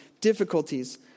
difficulties